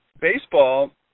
Baseball